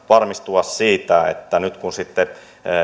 varmistua siitä että nyt kun sitten